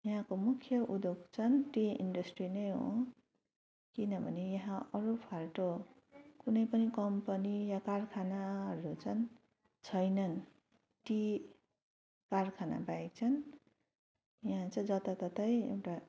यहाँको मुख्य उद्योग चाहिँ टी इन्डस्ट्री नै हो किनभने यहाँ अरू फाल्तु कुनै पनि कम्पनी वा कारखानाहरू चाहिँ छैनन् टी कारखाना बाहेक चाहिँ यहाँ चाहिँ जताततै एउटा